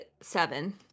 Seven